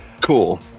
Cool